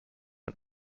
man